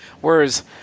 whereas